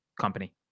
company